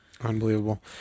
Unbelievable